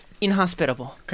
inhospitable